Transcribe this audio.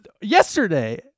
Yesterday